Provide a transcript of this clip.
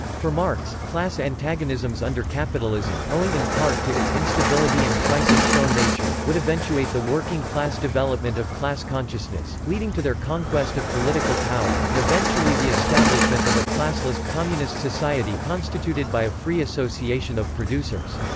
for marx, class antagonisms under capitalism, owing in part to its instability and crisis-prone nature, would eventuate the working class' development of class consciousness, leading to their conquest of political power and eventually the establishment of a classless, communist society constituted by a free association of producers.